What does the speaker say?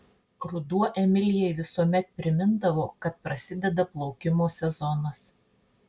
ruduo emilijai visuomet primindavo kad prasideda plaukimo sezonas